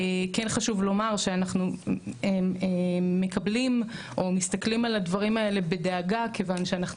כן חשוב לומר שאנחנו מקבלים או מסתכלים על הדברים האלה בדאגה כיוון שאנחנו